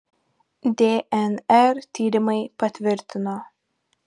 dnr tyrimai patvirtino